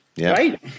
Right